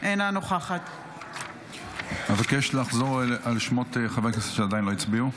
אינה נוכחת אבקש לחזור על שמות חברי הכנסת שעדיין לא הצביעו.